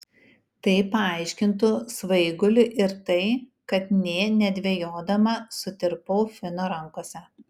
tai paaiškintų svaigulį ir tai kad nė nedvejodama sutirpau fino rankose